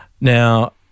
Now